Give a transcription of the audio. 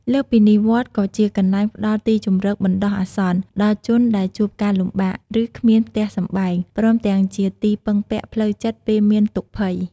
លើសពីនេះ វត្តក៏ជាកន្លែងផ្ដល់ ទីជម្រកបណ្ដោះអាសន្ន ដល់ជនដែលជួបការលំបាក ឬគ្មានផ្ទះសម្បែង ព្រមទាំងជាទីពឹងពាក់ផ្លូវចិត្តពេលមានទុក្ខភ័យ។